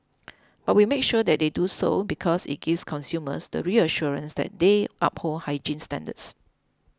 but we make sure that they do so because it gives consumers the reassurance that they uphold hygiene standards